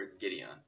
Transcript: Gideon